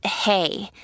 hey